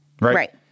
Right